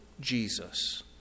Jesus